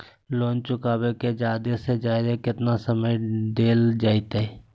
Loan चुकाबे के जादे से जादे केतना समय डेल जयते?